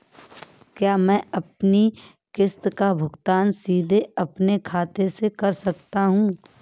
क्या मैं अपनी किश्त का भुगतान सीधे अपने खाते से कर सकता हूँ?